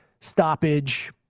stoppage